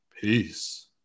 Peace